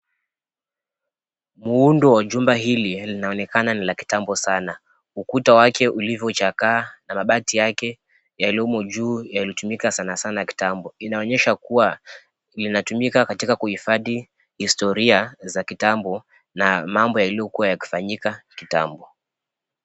Muundo wa jumba hili linaonekana ni la kitambo saana. Ukuta wake ulivyo chakaa na mabati yake yaliyomo juu yalitumika sanasana kitambo, inaonyesha kuwa linatumika katika kuhifadhi historia za kitambo na mambo yaliyo kuwa yakifanyika kitambo.